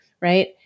right